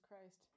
Christ